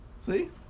See